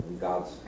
God's